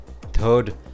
Third